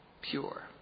pure